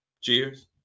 Cheers